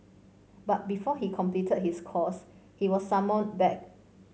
but before he completed his course he was summoned back